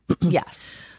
Yes